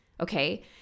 okay